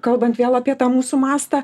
kalbant vėl apie tą mūsų mastą